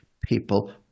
people